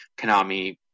Konami